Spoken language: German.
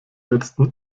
letzten